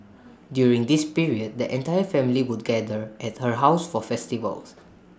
during this period the entire family would gather at her house for festivals